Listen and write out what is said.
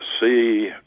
see